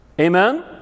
Amen